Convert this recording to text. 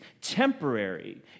temporary